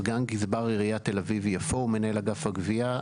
סגן גזבר עיריית תל אביב-יפו ומנהל אגף גבייה.